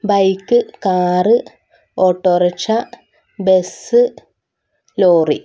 bike car autorickshaw bus lorry